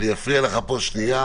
אני אפריע לך לרגע.